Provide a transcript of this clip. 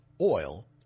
oil